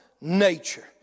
nature